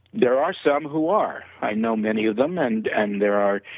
there are some who are. i know many of them and and there are